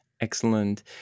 Excellent